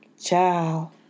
Ciao